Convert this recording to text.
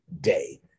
day